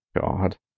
god